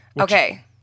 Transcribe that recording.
Okay